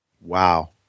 Wow